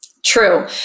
True